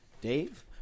Dave